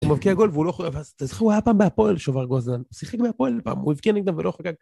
הוא מבקיע גול והוא לא חו.. ואז אתה זוכר? הוא היה פעם בהפועל שובר גוזלן, הוא שיחק בפועל פעם, הוא הבקיע נגדם ולא חגג.